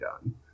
done